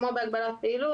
כמו בהגבלת פעילות.